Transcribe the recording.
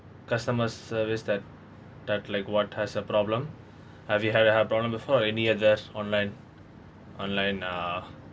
customer service that that like what has a problem have you had a problem before any other online online uh